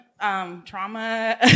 trauma